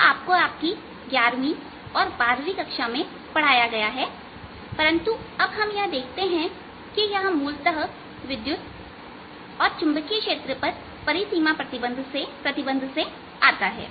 यह आपको आपकी 11वीं 12वीं कक्षा में पढ़ाया गया है परंतु अब हम देखते हैं कि यह मूलतः विद्युत क्षेत्र और चुंबकीय क्षेत्र पर परिसीमा प्रतिबंध से आता है